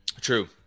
True